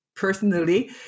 Personally